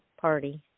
party